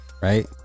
Right